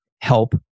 help